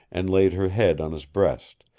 and laid her head on his breast,